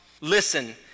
Listen